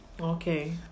Okay